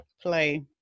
play